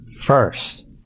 first